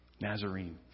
Nazarene